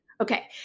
Okay